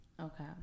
Okay